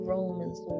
Romans